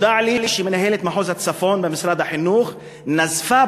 נודע לי שמנהלת מחוז הצפון במשרד החינוך נזפה